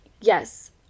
yes